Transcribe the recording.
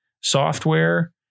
software